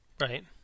Right